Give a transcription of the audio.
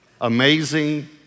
Amazing